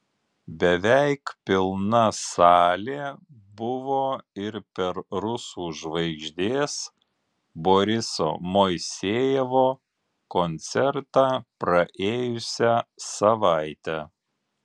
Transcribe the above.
beveik pilna salė buvo ir per rusų žvaigždės boriso moisejevo koncertą praėjusią savaitę